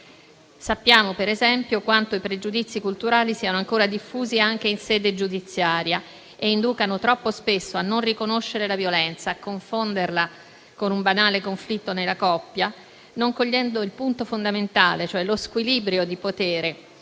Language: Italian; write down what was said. Sappiamo per esempio quanto i pregiudizi culturali siano ancora diffusi anche in sede giudiziaria e inducano troppo spesso a non riconoscere la violenza e a confonderla con un banale conflitto nella coppia, non cogliendo il punto fondamentale, cioè lo squilibrio di potere,